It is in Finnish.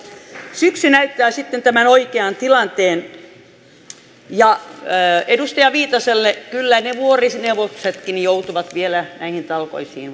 syksy näyttää sitten oikean tilanteen edustaja viitaselle kyllä ne vuorineuvoksetkin joutuvat vielä näihin talkoisiin